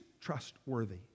trustworthy